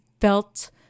felt